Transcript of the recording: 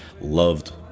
loved